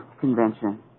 convention